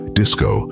disco